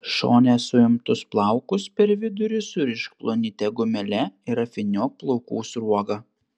šone suimtus plaukus per vidurį surišk plonyte gumele ir apvyniok plaukų sruoga